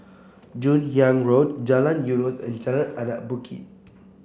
Joon Hiang Road Jalan Eunos and Jalan Anak Bukit